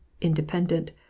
Independent